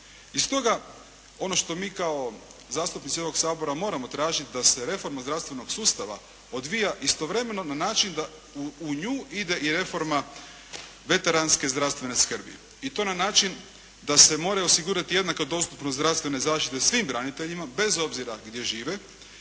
I stoga, ono što mi kao zastupnici ovog Sabora moramo tražiti da se reforma zdravstvenog sustava odvija istovremeno na način da u nju ide i reforma veteranske zdravstvene skrbi i to na način da se mora osigurati jednaka dostupnost zdravstvene zaštite svim braniteljima bez obzira gdje žive